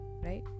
right